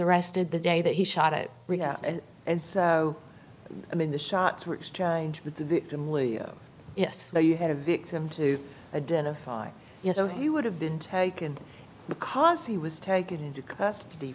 arrested the day that he shot it and so i mean the shots were exchanged with the victim leo yes but you had a victim to identify so he would have been taken because he was taken into custody